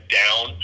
down